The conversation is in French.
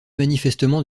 manifestement